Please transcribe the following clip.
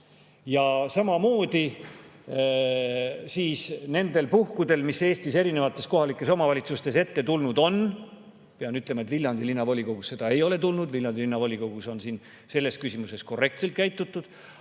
Ja samamoodi nendel puhkudel, mis Eestis erinevates kohalikes omavalitsustes ette tulnud on – pean ütlema, et Viljandi Linnavolikogus seda ei ole ette tulnud, Viljandi Linnavolikogus on selles küsimuses korrektselt käitutud